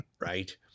right